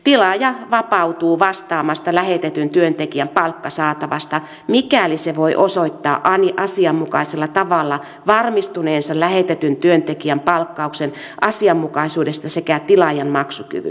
tilaaja vapautuu vastaamasta lähetetyn työntekijän palkkasaatavasta mikäli se voi osoittaa asianmukaisella tavalla varmistuneensa lähetetyn työntekijän palkkauksen asianmukaisuudesta sekä tilaajan maksukyvystä